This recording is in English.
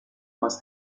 must